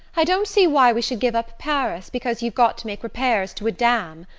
i don't see why we should give up paris because you've got to make repairs to a dam.